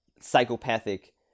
psychopathic